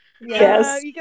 Yes